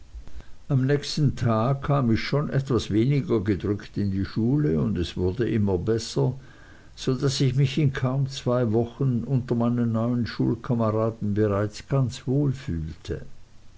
am nächsten tag kam ich schon etwas weniger gedrückt in die schule und es wurde immer besser so daß ich mich in kaum zwei wochen unter meinen neuen schulkameraden bereits ganz wohl fühlte